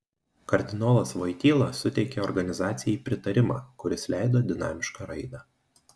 kardinolas voityla suteikė organizacijai pritarimą kuris leido dinamišką raidą